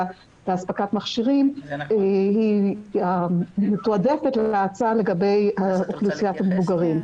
לאספקת מכשירים מתועדפת ביחס להאצה לגבי אוכלוסיית המבוגרים.